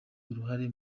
uruhare